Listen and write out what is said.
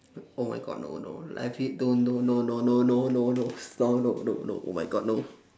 oh my god no no don't no no no no no no no no no no no oh my god no